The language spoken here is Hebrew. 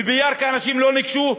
ובירכא אנשים לא ניגשו,